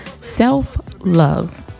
self-love